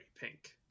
pink